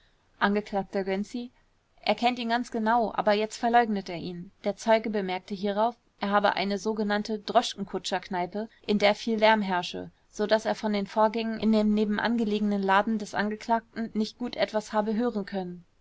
gönczi er kennt ihn ganz genau aber jetzt verleugnet er ihn der zeuge bemerkte hierauf er habe eine sogenannte droschkenkutscher kneipe in der viel lärm herrsche so daß er von den vorgängen in dem nebenan belegenen laden des angeklagten nicht gut etwas habe hören können